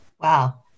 Wow